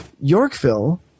Yorkville